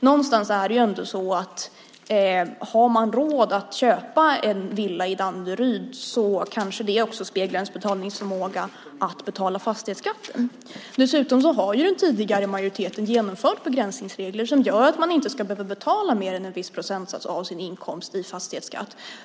Det är ju ändå så att om man har råd att köpa en villa i Danderyd speglar det kanske också ens förmåga att betala fastighetsskatten. Dessutom har den tidigare majoriteten genomfört begränsningsregler som gör att man inte ska behöva betala mer än en viss procentsats av sin inkomst i fastighetsskatt.